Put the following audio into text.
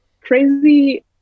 crazy